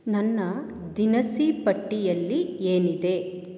ನನ್ನ ದಿನಸಿ ಪಟ್ಟಿಯಲ್ಲಿ ಏನಿದೆ